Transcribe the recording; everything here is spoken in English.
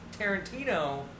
Tarantino